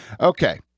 Okay